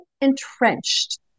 entrenched